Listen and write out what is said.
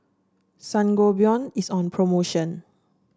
sangobion is on promotion